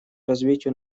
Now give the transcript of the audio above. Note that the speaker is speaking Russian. развитию